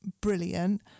brilliant